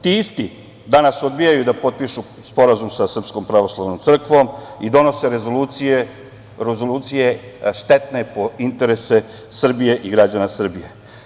Ti isti danas odbijaju da potpišu sporazum sa Srpskom pravoslavnom crkvom i donose rezolucije štetne po interese Srbije i građana Srbije.